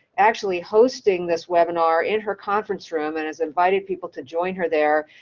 actually hosting this webinar in her conference room, and has invited people to join her there,